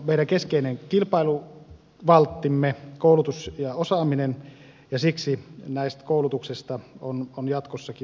tämä meidän osaamisemme koulutus ja osaaminen on meidän keskeinen kilpailuvalttimme ja siksi koulutuksesta on jatkossakin huolehdittava